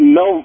no